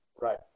Right